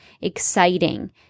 exciting